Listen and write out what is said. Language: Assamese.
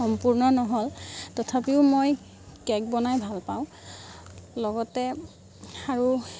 সম্পূৰ্ণ নহ'ল তথাপিও মই কে'ক বনাই ভাল পাওঁ লগতে আৰু